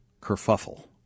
kerfuffle